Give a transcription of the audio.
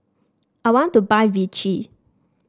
I want to buy Vichy